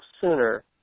sooner